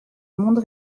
monde